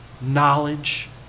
knowledge